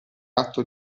atto